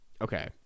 okay